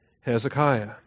Hezekiah